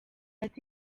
ati